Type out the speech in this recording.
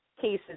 cases